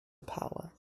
power